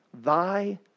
thy